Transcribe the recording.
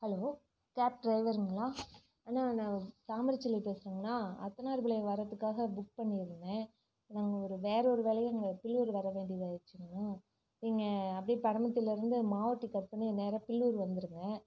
hello cab டிரைவருங்களா அண்ணா நான் தாமரைச்செல்வி பேசுறேங்கணா அர்த்தநாரிபாளையம் வரத்துக்காக புக் பண்ணியிருந்தேன் நாங்கள் ஒரு வேறு ஒரு வேலையாக நாங்கள் பில்லூர் வர வேண்டியதாக ஆயிடுச்சிங்கணா நீங்கள் அப்படே பரமத்திலருந்து நேராக பில்லூர் வந்துருங்க